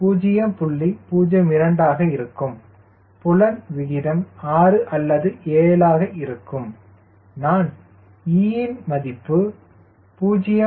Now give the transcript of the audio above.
02 ஆக இருக்கும் புலன் விகிதம் 6 அல்லது 7 இருக்கும் நான் e இன் மதிப்பு 0